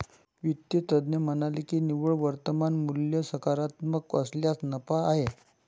वित्त तज्ज्ञ म्हणाले की निव्वळ वर्तमान मूल्य सकारात्मक असल्यास नफा आहे